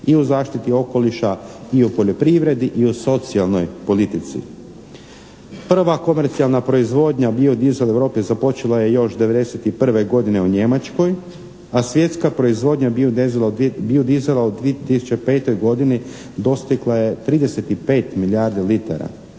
i u zaštiti okoliša i u poljoprivredi i u socijalnoj politici. Prva komercijalna proizvodnja bio dizel u Europi započela je još '91. godine u Njemačkoj a svjetska proizvodnja bio dizela u 2005. godini dostigla je 35 milijardi litara,